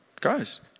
guys